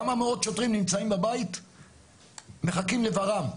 כמה מאות שוטרים נמצאים בבית מחכים ל-ור"מ.